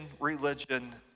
religion